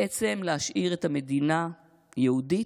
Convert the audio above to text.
בעצם, להשאיר את המדינה יהודית,